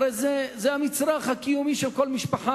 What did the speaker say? הרי זה המצרך הקיומי של כל משפחה,